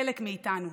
חלק מאיתנו.